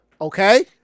Okay